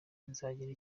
nzagira